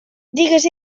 digues